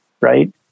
right